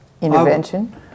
intervention